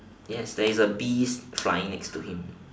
yes there is a bees flying next to him